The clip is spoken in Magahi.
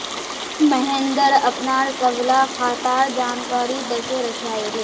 महेंद्र अपनार सबला खातार जानकारी दखे रखयाले